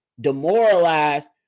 demoralized